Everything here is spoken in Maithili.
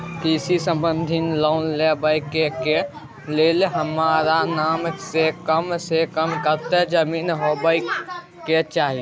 कृषि संबंधी लोन लेबै के के लेल हमरा नाम से कम से कम कत्ते जमीन होबाक चाही?